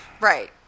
Right